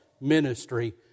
ministry